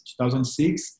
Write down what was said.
2006